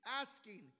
asking